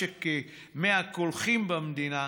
משק מי הקולחים במדינה,